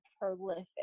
prolific